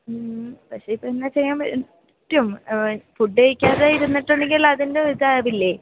പക്ഷെ ഇപ്പോൾ എന്നാ ചെയ്യാൻ പറ്റും ഫുഡ് കഴിക്കാതെ ഇരുന്നിട്ടുണ്ടെങ്കിൽ അതിൻ്റെ ഒരിതാകില്ലേ